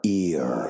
ear